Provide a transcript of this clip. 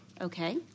Okay